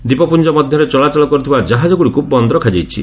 ଦ୍ୱୀପପୁଞ୍ଜ ମଧ୍ୟରେ ଚଳାଚଳ କରୁଥିବା କାହାଜ ଗୁଡ଼ିକୁ ବନ୍ଦ ରଖାଯାଇଛି